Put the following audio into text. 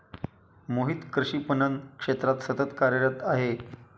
मोहित कृषी पणन क्षेत्रात सतत कार्यरत आहे